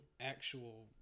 actual